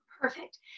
Perfect